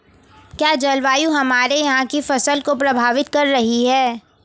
क्या जलवायु हमारे यहाँ की फसल को प्रभावित कर रही है?